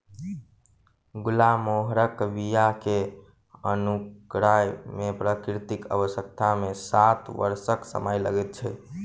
गुलमोहरक बीया के अंकुराय मे प्राकृतिक अवस्था मे सात वर्षक समय लगैत छै